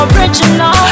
Original